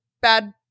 bad